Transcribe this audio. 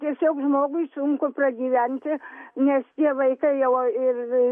tiesiog žmogui sunku pragyventi nes tie vaikai jau ir